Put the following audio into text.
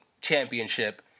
championship